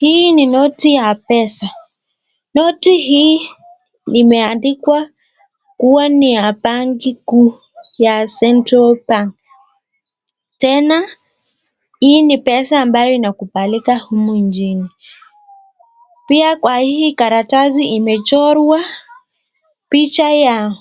Hii ni noti ya pesa. Noti hii imeandikwa kuwa ni ya banki kuu ya central bank. Tena hii ni pesa inakubalika humu nchini. Pia kwa hii karatasi imechorwa picha ya